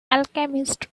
alchemist